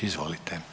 Izvolite.